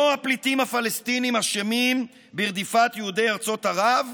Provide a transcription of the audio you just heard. לא הפליטים הפלסטינים אשמים ברדיפת יהודי ארצות ערב,